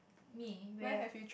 me we have